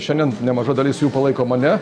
šiandien nemaža dalis jų palaiko mane